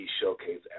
showcase